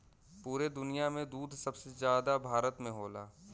पुरे दुनिया में दूध सबसे जादा भारत में होला